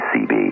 CB